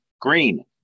green